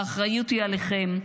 האחריות היא עליכם.